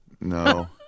No